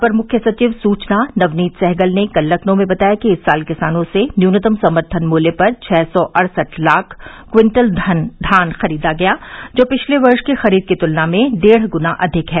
अपर मुख्य सचिव सूचना नवनीत सहगल ने कल लखनऊ में बताया कि इस साल किसानों से न्यूनतम समर्थन मूल्य पर छः सौ अड़सठ लाख कुन्टल धान खरीदा गया जो पिछले वर्ष की खरीद की तुलना में डेढ़ गुना अधिक है